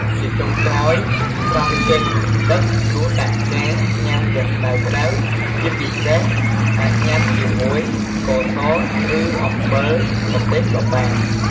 ជាចុងក្រោយ ស្រង់ចេញពីទឹក ដួសដាក់ចានញ៉ាំទាំងក្តៅៗ ជាពិសេសអាចញ៉ាំជាមួយស្ករស ឬអំបិលម្ទេសក៏បាន។